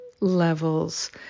levels